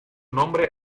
nombre